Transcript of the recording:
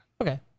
Okay